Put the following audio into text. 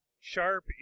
sharp